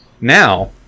now